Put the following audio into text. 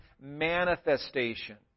manifestation